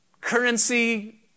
currency